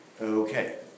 Okay